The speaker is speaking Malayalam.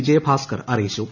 വിജയഭാസ്കർ അറിയിച്ചു